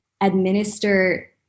administer